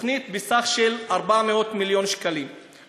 תוכנית בסך 400 מיליון שקלים.